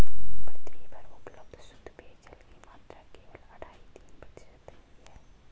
पृथ्वी पर उपलब्ध शुद्ध पेजयल की मात्रा केवल अढ़ाई तीन प्रतिशत ही है